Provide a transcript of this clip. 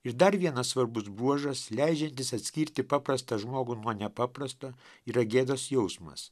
ir dar vienas svarbus bruožas leidžiantis atskirti paprastą žmogų nuo nepaprasto yra gėdos jausmas